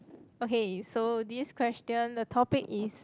okay so this question the topic is